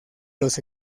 los